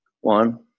One